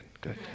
good